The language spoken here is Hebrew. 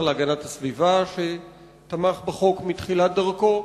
להגנת הסביבה שתמך בחוק מתחילת דרכו,